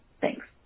Thanks